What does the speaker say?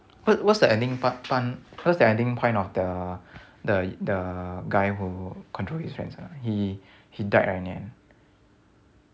what what's the ending part point what's the ending point of the the the guy who control his friends ah he he died right in the end